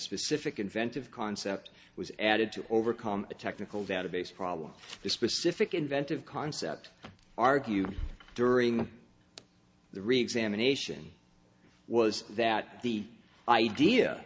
specific inventive concept was added to overcome a technical database problem specific inventive concept argued during the reexamination was that the idea